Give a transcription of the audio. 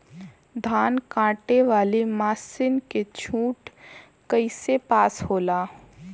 धान कांटेवाली मासिन के छूट कईसे पास होला?